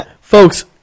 folks